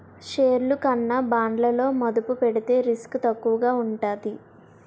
షేర్లు కన్నా బాండ్లలో మదుపు పెడితే రిస్క్ తక్కువగా ఉంటాది